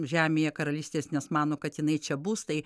žemėje karalystės nes mano kad jinai čia bus tai